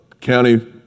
county